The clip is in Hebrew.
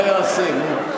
מה יעשה, נו.